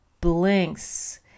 blinks